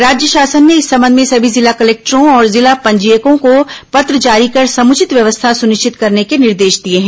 राज्य शासन ने इस संबंध में सभी जिला कलेक्टरों और जिला पंजीयकों को पत्र जारी कर समुचित व्यवस्था सुनिश्चित करने के निर्देश दिए हैं